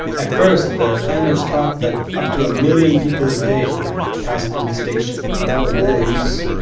at first, the planners thought that up to a million people a day would pass through the station. nowadays,